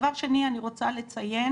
דבר שני, אני רוצה לציין